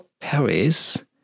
Paris